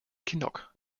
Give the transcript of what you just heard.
kinnock